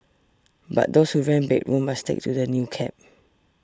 but those who rent bedrooms must stick to the new cap